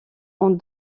ont